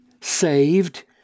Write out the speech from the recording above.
saved